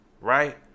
right